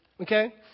Okay